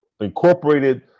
incorporated